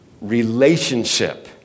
relationship